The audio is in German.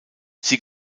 sie